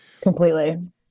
Completely